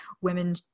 women